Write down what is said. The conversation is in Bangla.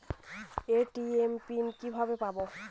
এ.টি.এম পিন কিভাবে পাবো?